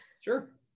Sure